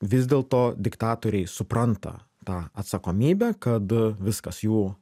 vis dėlto diktatoriai supranta tą atsakomybę kad viskas jų